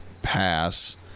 pass